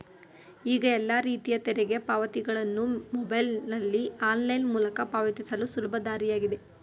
ಈಗ ಎಲ್ಲ ರೀತಿಯ ತೆರಿಗೆ ಪಾವತಿಗಳನ್ನು ಮೊಬೈಲ್ನಲ್ಲಿ ಆನ್ಲೈನ್ ಮೂಲಕ ಪಾವತಿಸಲು ಸುಲಭ ದಾರಿಯಾಗಿದೆ